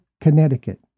Connecticut